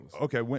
okay